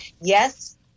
yes